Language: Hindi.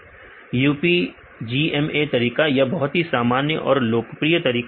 विद्यार्थी UPGMA तरीका UPGMA तरीका यह बहुत ही सामान्य और लोकप्रिय तरीका है